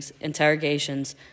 interrogations